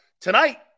Tonight